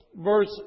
verse